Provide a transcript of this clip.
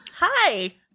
Hi